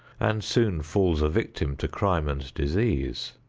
and soon falls a victim to crime and disease.